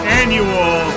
annual